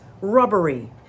rubbery